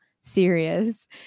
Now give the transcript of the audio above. serious